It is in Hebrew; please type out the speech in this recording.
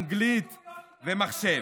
אנגלית ומחשב.